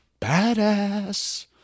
badass